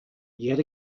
yet